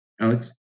Alex